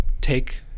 take